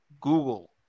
Google